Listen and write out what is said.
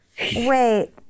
Wait